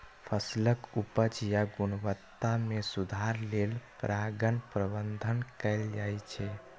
फसलक उपज या गुणवत्ता मे सुधार लेल परागण प्रबंधन कैल जाइ छै